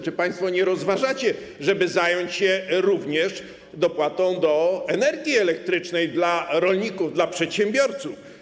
Czy państwo nie rozważacie tego, by zająć się również dopłatą do energii elektrycznej dla rolników, dla przedsiębiorców?